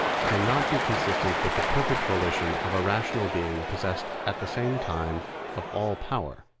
cannot be consistent with the perfect volition of a rational being possessed at the same time of all power,